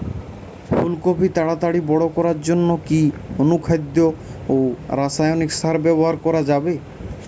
ফুল কপি তাড়াতাড়ি বড় করার জন্য কি অনুখাদ্য ও রাসায়নিক সার ব্যবহার করা যাবে?